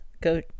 go